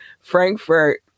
Frankfurt